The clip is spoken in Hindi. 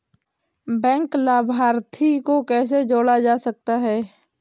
बैंक लाभार्थी को कैसे जोड़ा जा सकता है?